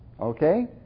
Okay